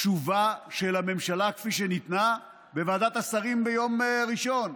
התשובה של הממשלה כפי שניתנה בוועדת השרים ביום ראשון,